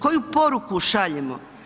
Koju poruku šaljemo?